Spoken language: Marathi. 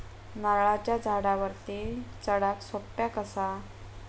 नारळाच्या झाडावरती चडाक सोप्या कसा?